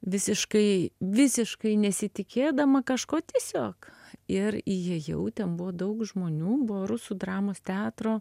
visiškai visiškai nesitikėdama kažko tiesiog ir įėjau ten buvo daug žmonių buvo rusų dramos teatro